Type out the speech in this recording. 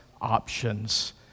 options